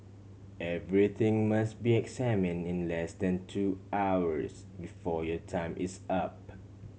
everything must be examine in less than two hours before your time is up